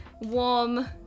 warm